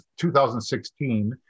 2016